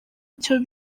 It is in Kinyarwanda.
icyo